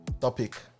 topic